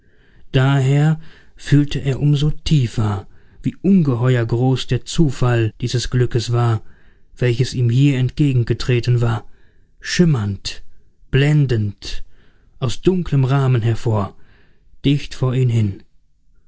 daher fühlte er um so tiefer wie ungeheuer groß der zufall dieses glückes war welches ihm hier entgegengetreten war schimmernd blendend aus dunklem rahmen hervor dicht vor ihn hin und